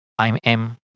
IMM